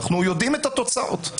אנחנו יודעים מה התוצאות.